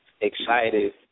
excited